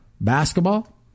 basketball